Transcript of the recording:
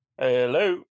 Hello